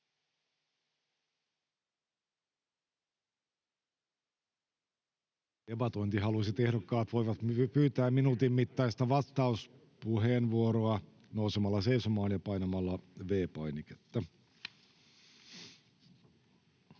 ehdokkaat voivat pyytää minuutin mittaista vastauspuheenvuoroa nousemalla seisomaan ja painamalla V-painiketta.